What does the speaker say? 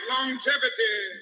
Longevity